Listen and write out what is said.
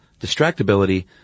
distractibility